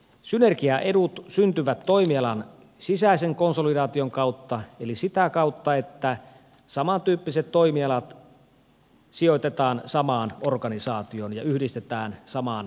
synergiaedut syntyvät toimialan sisäisen konsolidaation kautta eli sitä kautta että samantyyppiset toimialat sijoitetaan samaan organisaatioon ja yhdistetään samaan yksikköön